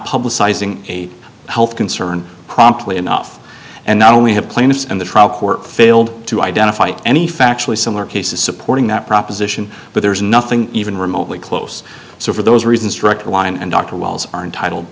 publicizing a health concern promptly enough and not only have plaintiffs in the trial court failed to identify any factually similar cases supporting that proposition but there is nothing even remotely close so for those reasons direct line and dr wells are entitled